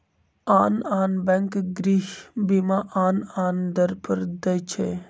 आन आन बैंक गृह बीमा आन आन दर पर दइ छै